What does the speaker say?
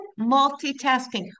multitasking